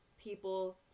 people